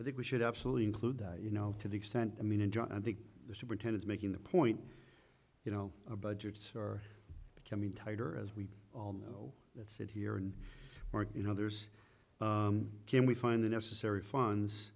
think we should absolutely include that you know to the extent i mean enjoy it i think the superintendent making the point you know a budgets are becoming tighter as we all know that sit here and work you know there's can we find the necessary funds